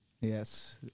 Yes